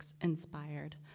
inspired